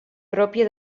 pròpia